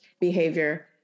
behavior